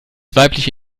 weibliche